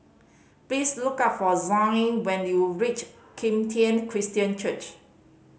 please look for Zion when you reach Kim Tian Christian Church